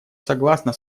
согласна